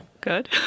good